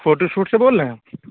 photo shoot سے بول رہے ہیں